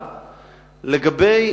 לגבי